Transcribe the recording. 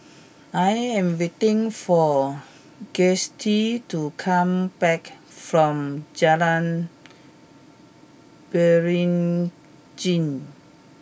I am waiting for Gustie to come back from Jalan Beringin